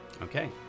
Okay